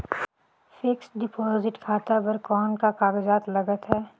Fixed deposit खाता बर कौन का कागजात लगथे?